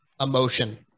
emotion